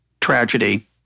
tragedy